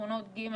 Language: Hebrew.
שכונות ג',